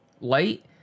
light